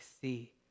see